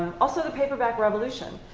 also the paperback revolution.